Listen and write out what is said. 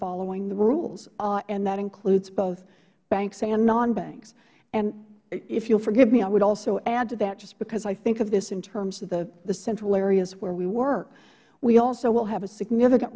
following the rules and that includes both banks and nonbanks and if you will forgive me i would also add to that just because i think of this in terms of the central areas where we work we also will have a significant